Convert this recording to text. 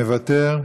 מוותר,